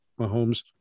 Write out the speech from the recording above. Mahomes